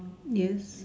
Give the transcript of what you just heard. yes